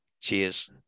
Cheers